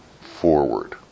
forward